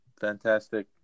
fantastic